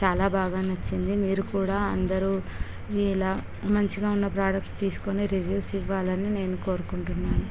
చాలా బాగా నచ్చింది మీరు కూడా అందరు ఇలా మంచిగా వున్న ప్రాడక్ట్స్ తీసుకొని రివ్యూస్ ఇవ్వాలని నేను కోరుకుంటున్నాను